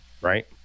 Right